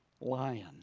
lion